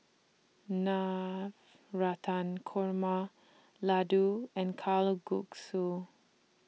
Navratan Korma Ladoo and Kalguksu